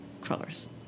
Crawlers